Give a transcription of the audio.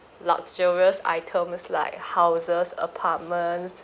luxurious items like houses apartments